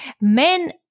Men